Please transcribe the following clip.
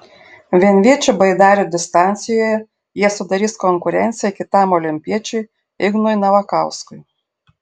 vienviečių baidarių distancijoje jie sudarys konkurenciją kitam olimpiečiui ignui navakauskui